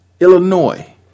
Illinois